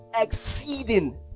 exceeding